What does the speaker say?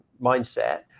mindset